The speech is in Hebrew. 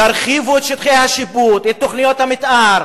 תרחיבו את שטחי השיפוט, את תוכניות המיתאר,